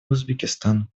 узбекистан